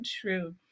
true